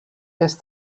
est